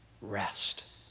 rest